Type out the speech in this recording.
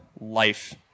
life